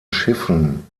schiffen